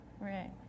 right